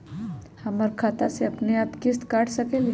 हमर खाता से अपनेआप किस्त काट सकेली?